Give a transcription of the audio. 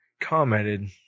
commented